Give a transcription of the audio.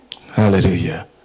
Hallelujah